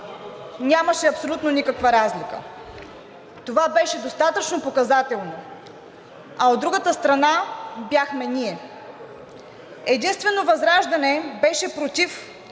нямаше абсолютно никаква разлика, това беше достатъчно показателно, а от другата страна бяхме ние. Единствено ВЪЗРАЖДАНЕ беше против